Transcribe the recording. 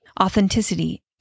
authenticity